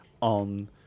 on